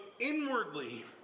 inwardly